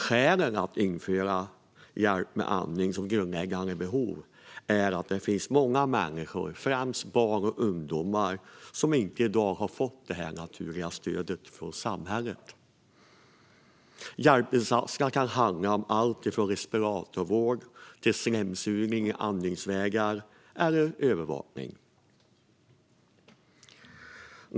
Skälen till att införa andning som ett grundläggande behov är att det finns många människor, främst barn och ungdomar, som i dag inte får detta naturliga stöd från samhället. Hjälpinsatserna kan handla om alltifrån respiratorvård till slemsugning i andningsvägar eller övervakning.